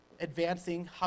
advancing